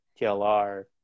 TLR